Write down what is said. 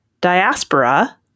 Diaspora